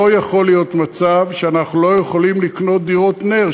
לא יכול להיות מצב שאנחנו לא יכולים לקנות דירות נ"ר,